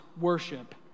worship